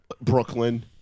Brooklyn